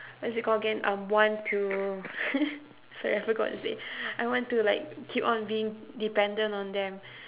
what's it called again um want to sorry I forgot what to say I want to like keep on being dependent on them